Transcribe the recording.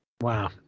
Wow